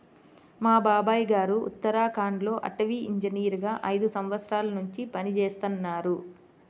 మా బాబాయ్ గారు ఉత్తరాఖండ్ లో అటవీ ఇంజనీరుగా ఐదు సంవత్సరాల్నుంచి పనిజేత్తన్నారు